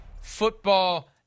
football